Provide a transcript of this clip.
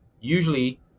usually